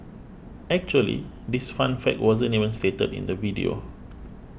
actually this fun fact wasn't even stated in the video